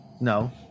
No